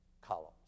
columns